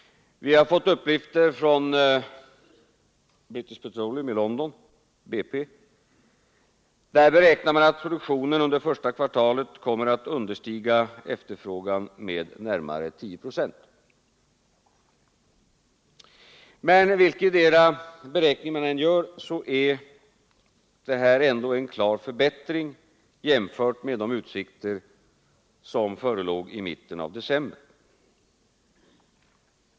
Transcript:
Vi har fått uppgifter från British Petroleum i London — BP. Där beräknar man att produktionen under första kvartalet kommer att understiga efterfrågan med närmare 10 procent. Men vilken beräkning man än gör, så är detta ändå en klar förbättring jämfört med de utsikter som förelåg i mitten av december.